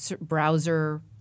browser